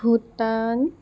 Bhutan